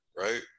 Right